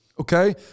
Okay